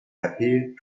happy